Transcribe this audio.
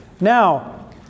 Now